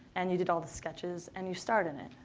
and you did all the sketches. and you starred in it.